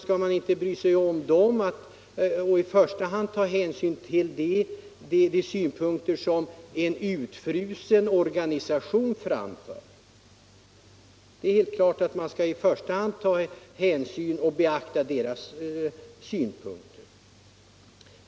Skall man då inte i första hand ta hänsyn till de synpunkter som en utfrusen organisation framför? Jag tycker att det är helt naturligt att man i första hand bör beakta deras synpunkter.